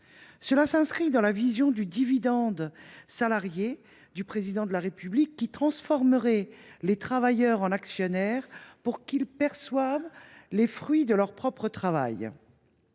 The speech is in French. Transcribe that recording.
Cela s’inscrit dans la vision du dividende salarié exposée par le Président de la République, qui transformerait les travailleurs en actionnaires pour qu’ils perçoivent les fruits de leur propre travail.